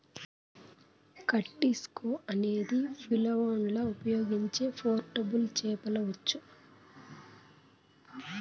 కటిస్కా అనేది ఫిన్లాండ్లో ఉపయోగించే పోర్టబుల్ చేపల ఉచ్చు